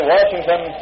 Washington